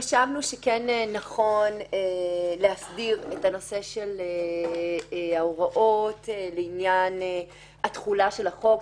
חשבנו שכן נכון להסדיר את הנושא של ההוראות לעניין התחולה של החוק.